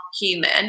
human